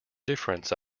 difference